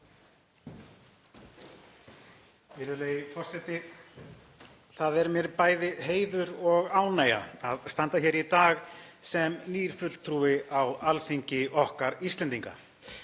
Virðulegi forseti. Það er mér bæði heiður og ánægja að standa hér í dag sem nýr fulltrúi á Alþingi okkar Íslendinga.